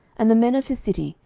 and the men of his city,